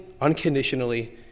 unconditionally